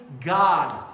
God